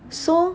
so